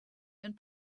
and